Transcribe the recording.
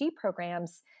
programs